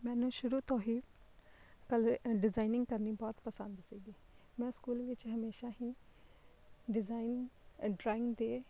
ਮੈਨੂੰ ਸ਼ੁਰੂ ਤੋਂ ਹੀ ਕਲੇ ਡਿਜ਼ਾਈਨਿੰਗ ਕਰਨੀ ਬਹੁਤ ਪਸੰਦ ਸੀਗੀ ਮੈਂ ਸਕੂਲ ਵਿੱਚ ਹਮੇਸ਼ਾ ਹੀ ਡਿਜ਼ਾਈਨ ਡਰਾਇੰਗ ਦੇ